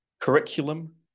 curriculum